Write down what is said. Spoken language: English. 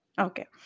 okay